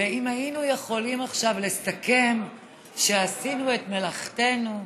ואם היינו יכולים עכשיו לסכם שעשינו את מלאכתנו,